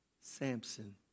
Samson